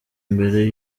mbere